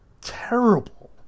terrible